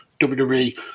WWE